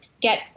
get